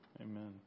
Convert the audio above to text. Amen